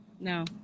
No